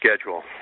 schedule